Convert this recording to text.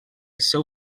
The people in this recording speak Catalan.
seu